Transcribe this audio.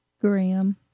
Graham